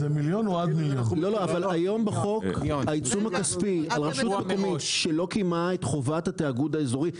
אבל היום בחוק העיצום הכספי על רשות שלא קיימה את חובת התיאגוד האזורית,